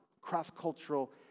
cross-cultural